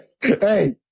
Hey